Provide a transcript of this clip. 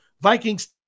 Vikings